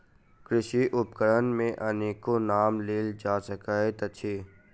कृषि उपकरण मे अनेको नाम लेल जा सकैत अछि